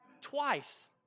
twice